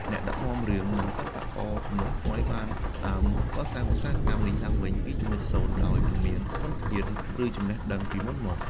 អ្នកដឹកនាំរឿង និងសិល្បករជំនាន់ថ្មីបានចាប់ផ្តើមកសាងឧស្សាហកម្មនេះឡើងវិញពីចំណុចសូន្យ ដោយមិនមានធនធាន ឬចំណេះដឹងពីមុនមក។